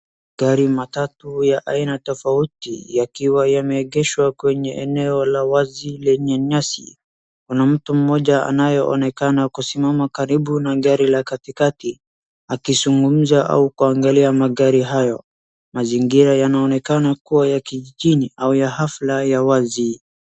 Gari matatu ya aina tofauti yakiwa yameekeshwa kwenye eneo la wazi lenye nyasi, kuna mtu mmoja anayeonekana kusimama karibu na gari la katikati, akizungumza au kuangalia magari hayo, mazingira yanaonekana kuwa ya kichini au ya hafla ya wazi.